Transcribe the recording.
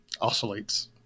Oscillates